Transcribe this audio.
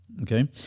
Okay